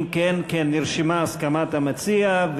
אם כן, נרשמה הסכמת המציע.